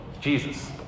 Jesus